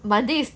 monday's